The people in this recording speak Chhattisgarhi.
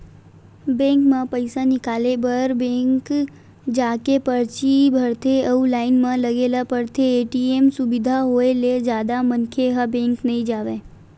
बेंक म पइसा निकाले बर बेंक जाके परची भरथे अउ लाइन लगे ल परथे, ए.टी.एम सुबिधा होय ले जादा मनखे ह बेंक नइ जावय